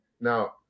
Now